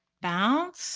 bounce